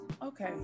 Okay